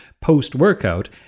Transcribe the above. post-workout